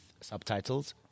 subtitles